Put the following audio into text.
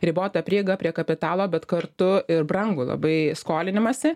ribotą prieigą prie kapitalo bet kartu ir brangų labai skolinimąsi